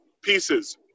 pieces